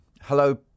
Hello